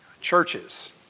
Churches